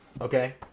Okay